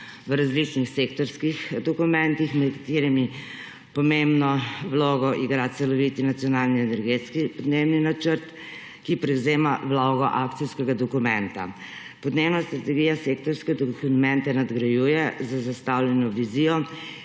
v različnih sektorskih dokumentih, med katerimi pomembno vlogo igra celovit Nacionalni energetski podnebni načrt, ki prevzema vlogo akcijskega dokumenta. Podnebna strategija sektorske dokumente nadgrajuje z zastavljeno vizijo